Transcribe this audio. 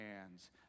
hands